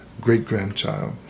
great-grandchild